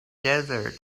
desert